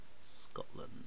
Scotland